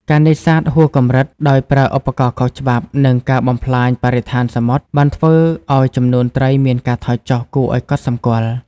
ការនេសាទហួសកម្រិតដោយប្រើឧបករណ៍ខុសច្បាប់ និងការបំផ្លាញបរិស្ថានសមុទ្របានធ្វើឱ្យចំនួនត្រីមានការថយចុះគួរឱ្យកត់សម្គាល់។